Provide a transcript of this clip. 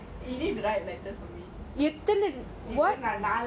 you need to write letters for me எத்தனை நாள்:eathana naal